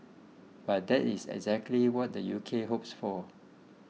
but that is exactly what the U K hopes for